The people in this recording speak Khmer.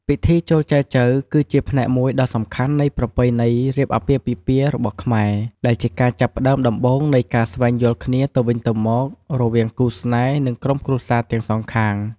ពិធីចូលចែចូវ គឺជាផ្នែកមួយដ៏សំខាន់នៃប្រពៃណីរៀបអាពាហ៍ពិពាហ៍របស់ខ្មែរ ដែលជាការចាប់ផ្ដើមដំបូងនៃការស្វែងយល់គ្នាទៅវិញទៅមករវាងគូស្នេហ៍ និងក្រុមគ្រួសារទាំងសងខាង។